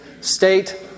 state